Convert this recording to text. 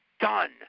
done